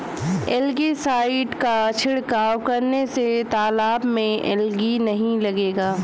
algae side का छिड़काव करने से तालाब में एलगी नहीं लगेगा